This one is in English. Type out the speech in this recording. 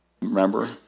Remember